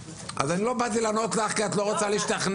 אז אני לא באתי לענות לך כי את לא רוצה להשתכנע,